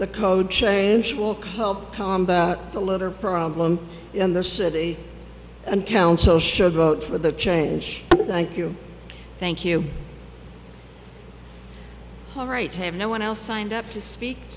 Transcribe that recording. cope the litter problem in the city and council should vote for the change thank you thank you all right have no one else signed up to speak